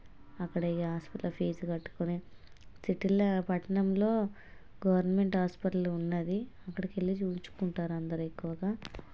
అక్కడిగ హాస్పిటల్లో ఫీజ్ కట్టుకొని సిటీలా పట్టణంలో గవర్నమెంట్ హాస్పిటల్ ఉన్నది అక్కడకెళ్ళి చూయించుకుంటారు అందరెక్కువగా